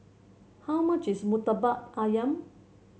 how much is murtabak ayam